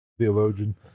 theologian